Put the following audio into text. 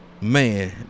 Man